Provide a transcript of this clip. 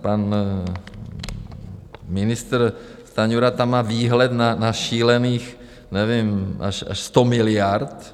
Pan ministr Stanjura tam má výhled na šílených nevím až 100 miliard.